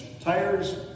tires